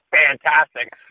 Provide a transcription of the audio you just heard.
fantastic